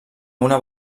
una